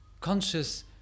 conscious